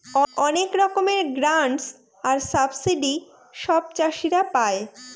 অনেক রকমের গ্রান্টস আর সাবসিডি সব চাষীরা পাই